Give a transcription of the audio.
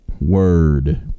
word